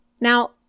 Now